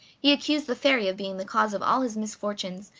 he accused the fairy of being the cause of all his misfortunes,